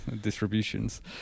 distributions